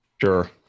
Sure